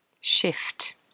shift